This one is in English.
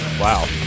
wow